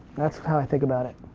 that's how i think about it.